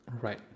Right